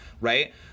right